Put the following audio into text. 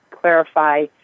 clarify